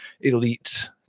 elite